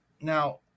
now